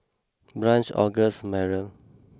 Branch August Myrl